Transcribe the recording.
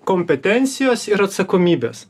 kompetencijos ir atsakomybės